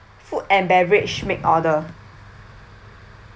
food and beverage make order